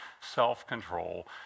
self-control